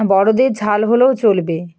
বড়দের ঝাল হলেও চলবে